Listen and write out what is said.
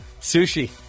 sushi